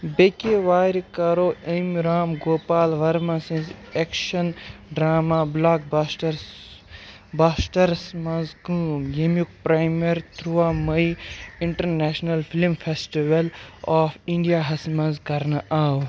بیٚکہِ وارِ کرو أمہِ رام گوپال ورما سٕنٛزِ action drama blockbuster busters منٛز کٲم، ییٚمیُک پرٛیمیَر ترواہ مٔے international film festival of India ہَس منٛز كرنہٕ آو